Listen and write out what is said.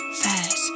fast